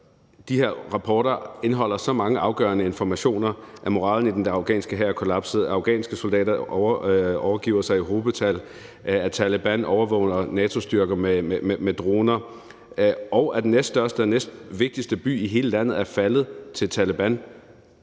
de her rapporter indeholder så mange afgørende informationer om, at moralen i den afghanske hær er kollapset, at afghanske soldater overgiver sig i hobetal, at Taleban overvåger NATO-styrker med droner, og at den næststørste og næstvigtigste by i hele landet er faldet til Taleban.